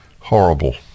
horrible